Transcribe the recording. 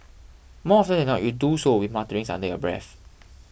more often than not you do so with mutterings under your breath